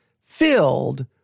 filled